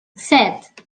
set